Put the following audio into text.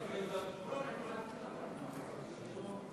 בבקשה.